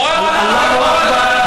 בורא עולם,